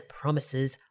promises